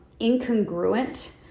incongruent